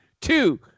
Two